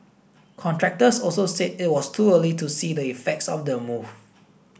contractors also said it was too early to see the effects of the move